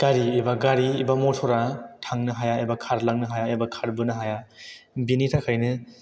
गारि एबा गारि एबा मथरा थांनो हाया एबा खारलांनो हाया एबा खारबोनो हाया बिनि थाखायनो